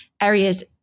areas